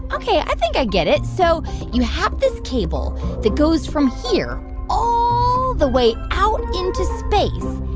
ok, i think i get it. so you have this cable that goes from here all the way out into space,